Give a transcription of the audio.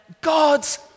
God's